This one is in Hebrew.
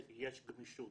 יש גמישות,